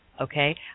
Okay